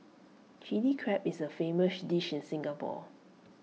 Chilli Crab is A famous dish in Singapore